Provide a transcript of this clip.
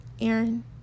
Aaron